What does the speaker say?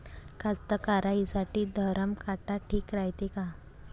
कास्तकाराइसाठी धरम काटा ठीक रायते का?